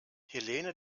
helene